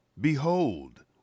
behold